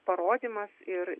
parodymas ir